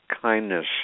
kindness